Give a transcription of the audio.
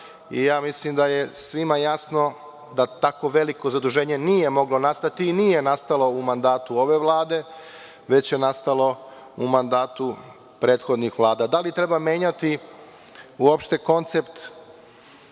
eura. Mislim da je svima jasno da tako veliko zaduženje nije moglo nastati i nije nastalo u mandatu ove Vlade, već je nastalo u mandatu prethodnih vlada. Da li treba menjati koncept